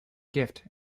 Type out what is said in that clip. gift